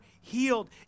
healed